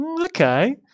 okay